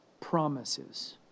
promises